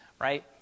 right